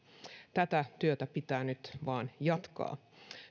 tätä työtä pitää nyt vain jatkaa